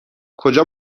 کجا